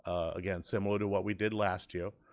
again, similar to what we did last year.